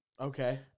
Okay